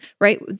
right